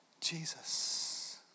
Jesus